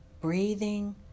breathing